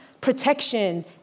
protection